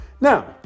Now